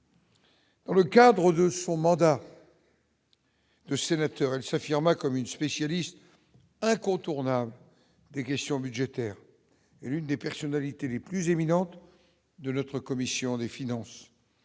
Dans le cadre de son mandat de sénateur il s'affirma comme une spécialiste incontournable des questions budgétaires et l'une des personnalités les plus éminentes de notre commission des finances